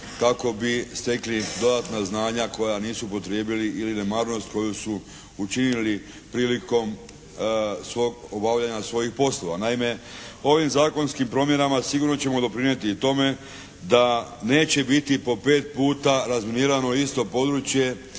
kako bi stekli dodatna znanja koja nisu upotrijebili ili nemarnost koju su učinili prilikom svog obavljanja svojih poslova. Naime, ovim zakonskim promjenama sigurno ćemo doprinijeti i tome da neće biti po pet puta razminirano isto područje